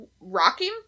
rocking